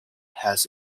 has